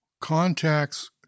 contacts